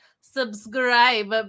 subscribe